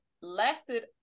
lasted